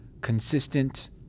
consistent